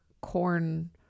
corn